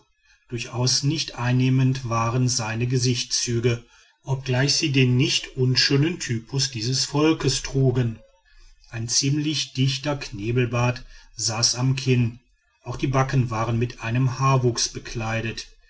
durchaus nicht einnehmend waren seine gesichtszüge obgleich sie den nicht unschönen typus dieses volkes trugen ein ziemlich dichter knebelbart saß am kinn auch die backen waren mit einigem haarwuchs bekleidet